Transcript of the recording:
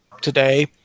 today